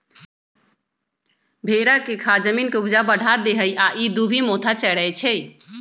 भेड़ा के खाद जमीन के ऊपजा बढ़ा देहइ आ इ दुभि मोथा चरै छइ